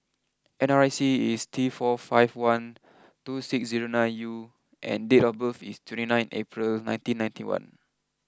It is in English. N R I C is T four five one two six zero nine U and date of birth is twenty nine April nineteen ninety one